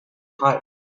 heights